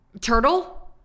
turtle